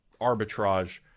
arbitrage